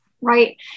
right